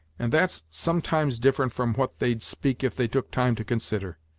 and that's sometimes different from what they'd speak if they took time to consider.